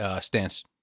stance